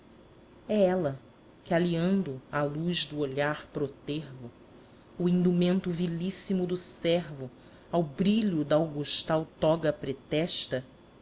é ela que aliando à luz do olhar protervo o indumento vilíssimo do servo ao brilho da augustal toga pretexta